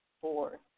four